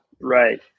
Right